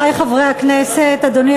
אדוני